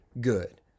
good